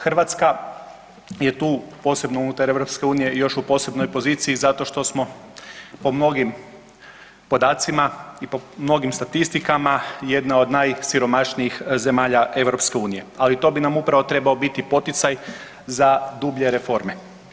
Hrvatska je tu posebno unutar EU još u posebnoj poziciji zato što smo po mnogim podacima i po mnogim statistikama jedna od najsiromašnijih zemalja EU, ali to bi nam upravo trebao biti poticaj za dublje reforme.